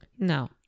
No